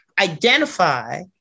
identify